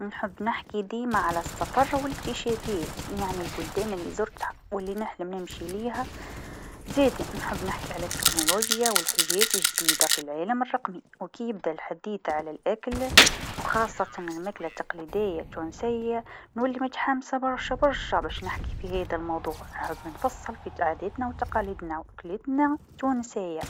نحب نحكي ديما على سطر و الإكتشافات يعني بالبلدان لزرتها و لنحلم نمشي ليها، زادا نحب نحكي عن التكنولوجيا و الحاجات الجديده في العالم الرقمي وكيبدأ الحديث عن الأكل و خاصة الماكله التقليديه التونسيه نولي متحمسه برشا برشا باش نحكي في هذا الموضوع، نحب نفصل في عاداتنا و تقاليدنا و أكلاتنا التونسيه.